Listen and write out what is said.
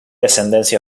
ascendencia